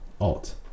Alt